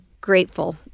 grateful